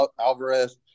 Alvarez